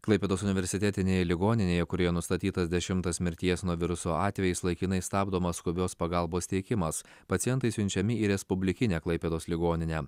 klaipėdos universitetinėje ligoninėje kurioje nustatytas dešimtas mirties nuo viruso atvejis laikinai stabdomas skubios pagalbos teikimas pacientai siunčiami į respublikinę klaipėdos ligoninę